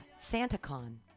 SantaCon